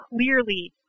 clearly